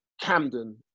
Camden